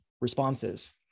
responses